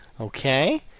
Okay